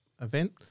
event